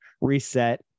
reset